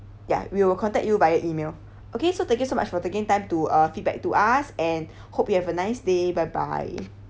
ya we will contact you via email okay so thank you so much for taking time to uh feedback to us and hope you have a nice day bye bye